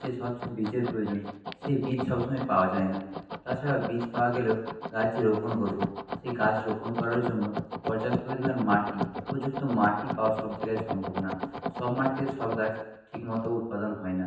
যে স্বচ্ছ বীজের প্রয়োজন সেই বীজ সব সময় পাওয়া যায় না তাছাড়া বীজ পাওয়া গেলেও গাছ যে রোপন করবো সেই গাছ রোপন করার জন্য পর্যাপ্ত পরিমাণ মাটি উপযুক্ত মাটি পাওয়ার সব জায়গায় সম্ভব না সব মাটিতে সব গাছ ঠিক মতো উৎপাদন হয় না